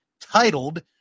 titled